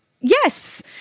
Yes